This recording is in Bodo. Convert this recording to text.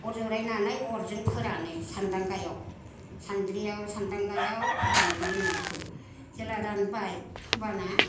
अर जरायनानै अरजों फोरानो सान्दांगायाव सानद्रियाव सान्दांगायाव फोरानगोन जोङो बेखौ जेला रानबाय होमबाना